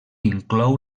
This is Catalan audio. inclou